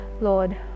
Lord